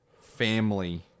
family